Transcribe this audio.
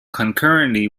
concurrently